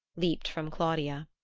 leaped from claudia.